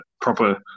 proper